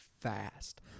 fast